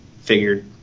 figured